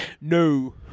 No